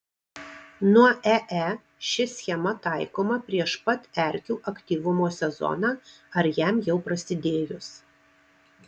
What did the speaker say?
nuo ee ši schema taikoma prieš pat erkių aktyvumo sezoną ar jam jau prasidėjus